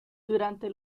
durante